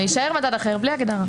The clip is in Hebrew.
ישאר מדד אחר, בלי הגדרה.